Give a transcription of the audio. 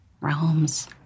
realms